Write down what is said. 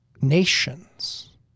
nations